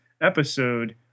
episode